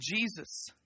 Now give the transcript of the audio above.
Jesus